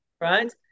right